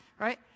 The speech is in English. right